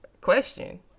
question